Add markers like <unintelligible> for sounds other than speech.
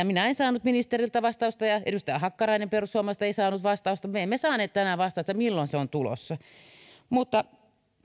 <unintelligible> minä en saanut ministeriltä vastausta ja edustaja hakkarainen perussuomalaisista ei saanut vastausta me emme saaneet tänään vastausta milloin se on tulossa mutta